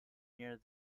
near